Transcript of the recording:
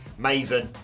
Maven